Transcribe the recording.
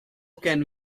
can